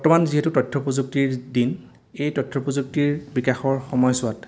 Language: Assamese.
বৰ্তমান যিহেতু তথ্য প্ৰযুক্তিৰ দিন এই তথ্য প্ৰযুক্তিৰ বিকাশৰ সময়ছোৱাত